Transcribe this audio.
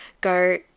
go